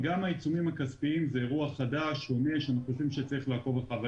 אירוע חדש שאנחנו חושבים שצריך לעקוב אחריו אבל